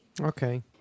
Okay